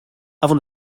avant